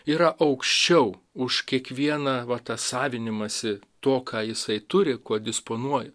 yra aukščiau už kiekvieną va tą savinimąsi tuo ką jisai turi kuo disponuoja